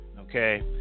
okay